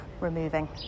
removing